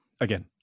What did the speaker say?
again